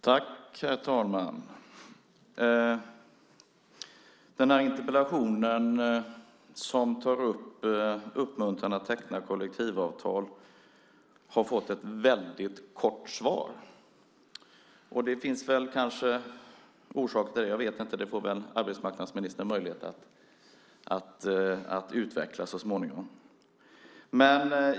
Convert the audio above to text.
Herr talman! Denna interpellation, som tar upp uppmuntran att teckna kollektivavtal, har fått ett väldigt kort svar. Det finns kanske orsaker till det, jag vet inte. Det får väl arbetsmarknadsministern så småningom möjlighet att utveckla.